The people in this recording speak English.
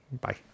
Bye